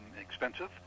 expensive